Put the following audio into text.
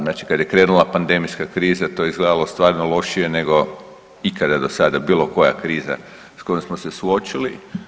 Znači kad je krenula pandemijska kriza to je izgledalo stvarno lošije nego ikada do sada bilo koja kriza s kojom smo se suočili.